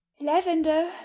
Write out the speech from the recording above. Lavender